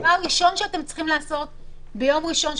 הדבר הראשון שאתם צריכים לעשות ביום ראשון,